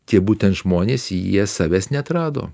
tie būtent žmonės jie savęs neatrado